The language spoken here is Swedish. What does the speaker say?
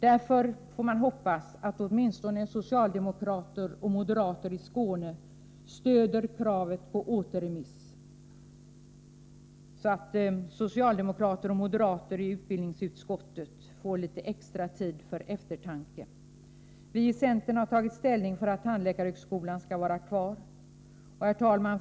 Därför får man hoppas att åtminstone socialdemokrater och moderater i Skåne stöder kravet på återremiss, så att socialdemokrater och moderater i utbildningsutskottet får litet extra tid för eftertanke. Vi i centern har tagit ställning för att tandläkarhögskolan skall vara kvar. Herr talman!